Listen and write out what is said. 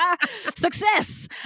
success